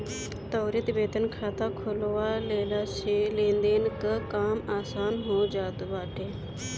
त्वरित वेतन खाता खोलवा लेहला से लेनदेन कअ काम आसान हो जात बाटे